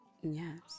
yes